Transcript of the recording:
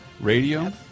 radio